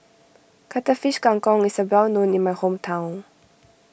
Cuttlefish Kang Kong is well known in my hometown